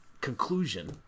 conclusion